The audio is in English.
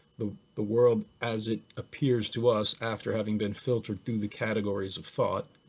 the the world as it appears to us after having been filtered through the categories of thought,